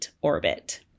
Orbit